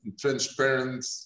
transparent